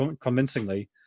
convincingly